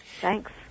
Thanks